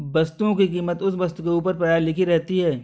वस्तुओं की कीमत उस वस्तु के ऊपर प्रायः लिखी रहती है